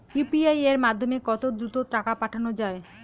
UPI এর মাধ্যমে কত দ্রুত টাকা পাঠানো যায়?